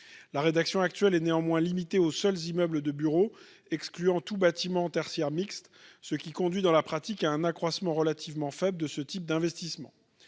La rédaction actuelle est néanmoins limitée aux seuls immeubles de bureaux, excluant tout bâtiment tertiaire mixte, ce qui conduit dans la pratique à un accroissement relativement faible de ce type d'investissement.